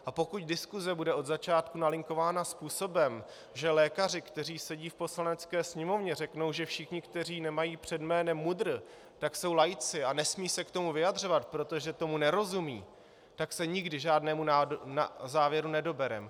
A pokud diskuse bude od začátku nalinkována způsobem, že lékaři, kteří sedí v Poslanecké sněmovně, řeknou, že všichni, kteří nemají před jménem MUDr., jsou laici a nesmějí se k tomu vyjadřovat, protože tomu nerozumějí, tak se nikdy žádnému závěru nedobereme.